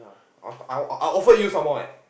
I thought I I offered you some more eh